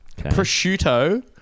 prosciutto